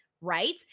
right